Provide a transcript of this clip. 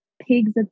pigs